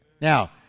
Now